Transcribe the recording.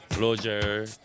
Roger